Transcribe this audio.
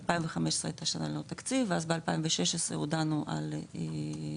2015 הייתה שנה ללא תקציב ואז ב-2016 הודענו על זכיות